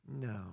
No